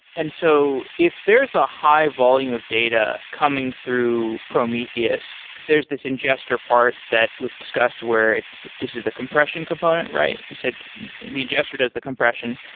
and so if there is a high-volume of data coming through prometheus, there's this ingester part that we've discussed where this is the compression component, right? you said the ingesture does the compression.